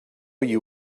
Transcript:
you